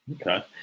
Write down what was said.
Okay